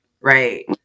right